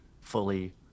fully